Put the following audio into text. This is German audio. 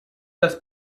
das